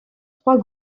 trois